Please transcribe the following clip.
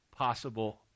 Possible